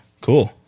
Cool